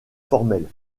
formelle